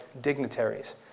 dignitaries